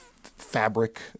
fabric